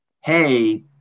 Hey